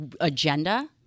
agenda